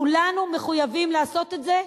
כולנו מחויבים לעשות את זה,